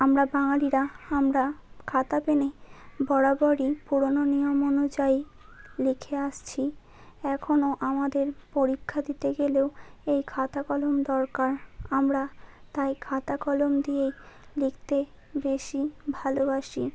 আমরা বাঙালিরা আমরা খাতা পেনে বরাবরই পুরোনো নিয়ম অনুযায়ী লিখে আসছি এখনও আমাদের পরীক্ষা দিতে গেলেও এই খাতা কলম দরকার আমরা তাই খাতা কলম দিয়ে লিখতে বেশি ভালোবাসি